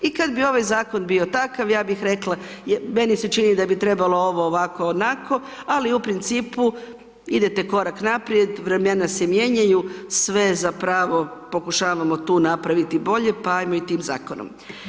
I kada bi ovaj Zakon bio takav, ja bih rekla, meni se čini da bi trebalo ovo ovako, onako, ali u principu idete korak naprijed, vremena se mijenjaju, sve zapravo pokušavamo tu napraviti bolje, pa ajmo i tim Zakonom.